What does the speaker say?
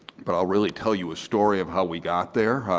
but i will really tell you a story of how we got there.